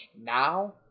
now